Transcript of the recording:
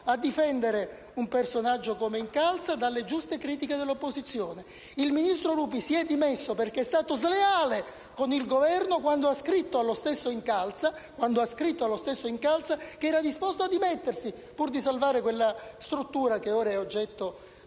a difendere un personaggio come Incalza dalle giuste critiche dell'opposizione. Il ministro Lupi si è dimesso perché è stato sleale con il Governo quando ha scritto allo stesso Incalza che era disposto a dimettersi pur di salvare quella struttura che è ora oggetto